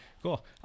Cool